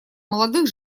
молодых